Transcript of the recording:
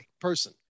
person